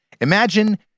Imagine